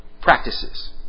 practices